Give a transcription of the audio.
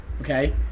Okay